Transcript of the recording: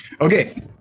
Okay